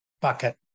bucket